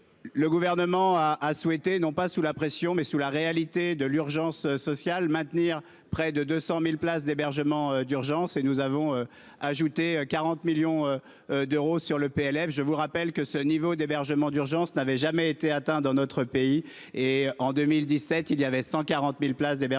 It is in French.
Le gouvernement a a souhaité non pas sous la pression mais sous la réalité de l'urgence sociale maintenir près de 200.000 places d'hébergement d'urgence et nous avons ajouté 40 millions. D'euros sur le PLF, je vous rappelle que ce niveau d'hébergement d'urgence n'avait jamais été atteint dans notre pays et en 2017 il y avait 140.000 places d'hébergement d'urgence,